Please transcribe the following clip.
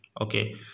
Okay